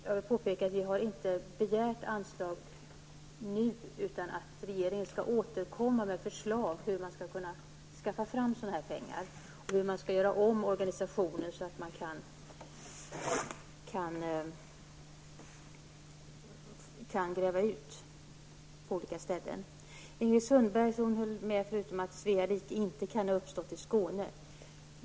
Jag vill påpeka att vi inte har begärt anslag nu, utan vi anser att regeringen skall återkomma med förslag till hur pengarna skall kunna skaffas fram och hur organisationen kan göras om så att man kan genomföra utgrävningar på olika ställen. Ingrid Sundberg sade att Svea rike inte kunde ha uppstått i Skåne.